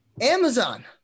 Amazon